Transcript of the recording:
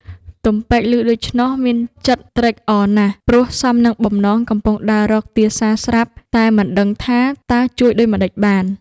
ទំពែក ឮដូច្នោះមានចិត្តត្រេកអរណាស់ ព្រោះសមនឹងបំណងកំពុងដើររកទាសាស្រាប់ តែមិនដឹងថាតើជួយដូចម្តេចបាន?។